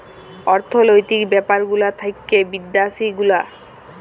অর্থলৈতিক ব্যাপার গুলা থাক্যে বিদ্যাসি গুলা